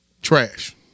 Trash